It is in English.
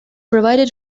provided